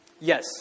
Yes